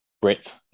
Brit